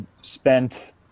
spent